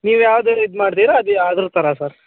ನೀವು ಯಾವ್ದನ್ನು ಇದು ಮಾಡ್ತೀರ ಅದು ಅದ್ರ ಥರ ಸರ್